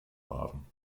baden